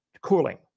cooling